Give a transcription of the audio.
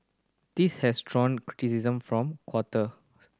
this has drawn criticism from quarter